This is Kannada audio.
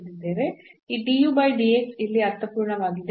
ಈ ಇಲ್ಲಿ ಅರ್ಥಪೂರ್ಣವಾಗಿದೆ